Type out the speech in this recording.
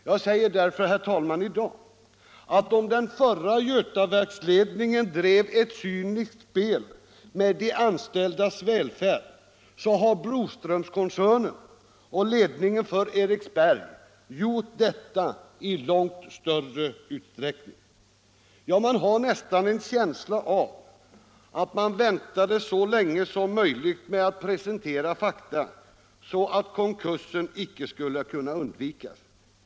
Jag säger därför i dag, herr talman, att om den förra Götaverksledningen drev ett cyniskt spel med de anställdas välfärd, har Broströmkoncernen och ledningen för Eriksberg gjort detta i långt större utsträckning. Ja, man har nästan en känsla av att de väntade så länge som möjligt med att presentera fakta, så att konkursen icke skulle kunna undvikas.